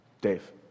Dave